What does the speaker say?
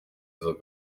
izo